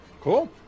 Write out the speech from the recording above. Cool